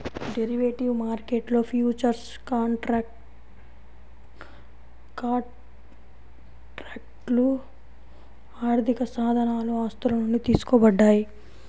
derivative మార్కెట్లో futures కాంట్రాక్ట్లు ఆర్థికసాధనాలు ఆస్తుల నుండి తీసుకోబడ్డాయి